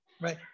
right